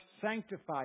sanctified